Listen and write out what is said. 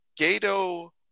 Gato